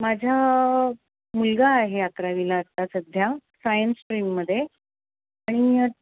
माझा मुलगा आहे अकरावीला आता सध्या सायन्स स्ट्रीममध्ये आणि